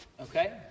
Okay